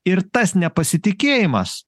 ir tas nepasitikėjimas